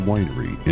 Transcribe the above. Winery